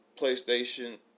PlayStation